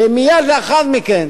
כשמייד לאחר מכן